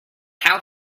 how